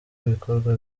bikorwa